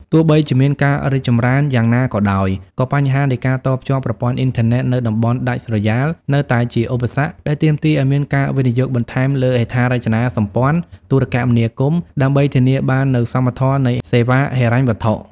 ទោះបីជាមានការរីកចម្រើនយ៉ាងណាក៏ដោយ ក៏បញ្ហានៃការតភ្ជាប់ប្រព័ន្ធអ៊ីនធឺណិតនៅតំបន់ដាច់ស្រយាលនៅតែជាឧបសគ្គដែលទាមទារឱ្យមានការវិនិយោគបន្ថែមលើហេដ្ឋារចនាសម្ព័ន្ធទូរគមនាគមន៍ ដើម្បីធានាបាននូវសមធម៌នៃសេវាហិរញ្ញវត្ថុ។